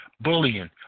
bullying